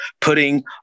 putting